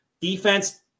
Defense